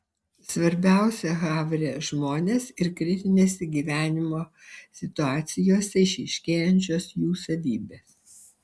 svarbiausia havre žmonės ir kritinėse gyvenimo situacijose išryškėjančios jų savybės